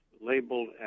labeled